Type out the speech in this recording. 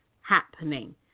happening